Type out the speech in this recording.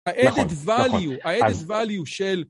ה-אדד ואליו, ה-אדד ואליו של...